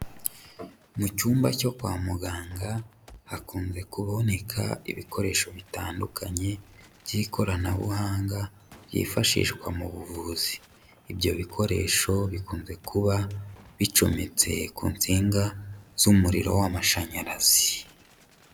Mu cyumba cyo kwa muganga hakunze kuboneka ibikoresho bitandukanye by'ikoranabuhanga, byifashishwa mu buvuzi. Ibyo bikoresho bikunze kuba bicometse ku nsinga z'umuriro w'amashanyarazi.